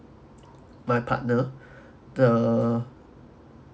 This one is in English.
my partner the